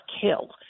kill